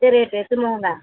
ଏତେ ରେଟ୍ ଏତେ ମହଙ୍ଗା